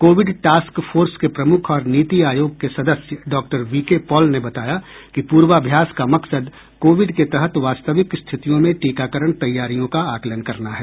Covid task force के प्रमुख और नीति आयोग के सदस्य डॉक्टर वीके पॉल ने बताया कि पूर्वाभ्यास का मकसद कोविड के तहत वास्तविक स्थितियों में टीकाकरण तैयारियों का आकलन करना है